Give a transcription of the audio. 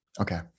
Okay